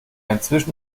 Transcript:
inzwischen